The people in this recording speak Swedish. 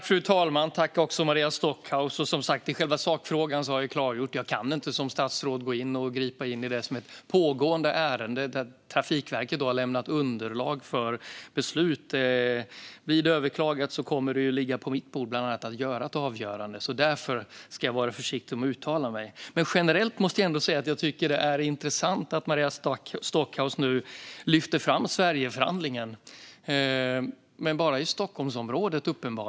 Fru talman! I själva sakfrågan har jag klargjort att jag som statsråd inte kan gå in på eller gripa in i ett pågående ärende där Trafikverket har lämnat underlag för beslut. Vid ett överklagande kommer det att ligga på bland annat mitt bord att fälla ett avgörande. Därför ska jag vara försiktig med att uttala mig. Generellt sett är det ändå intressant att Maria Stockhaus nu lyfter fram Sverigeförhandlingen - men uppenbarligen bara i Stockholmsområdet.